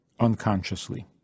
unconsciously